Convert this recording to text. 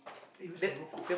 eh where's my rokok